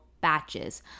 batches